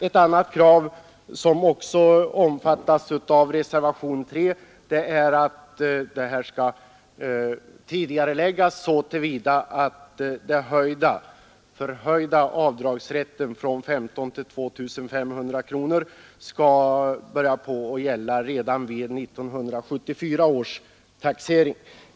Ett annat krav, som också omfattas av reservationen 3, är att ikraftträdandet tidigareläggs så att den förhöjda avdragsrätten från 1 500 till 2 500 kronor skall börja gälla redan vid 1974 års taxering.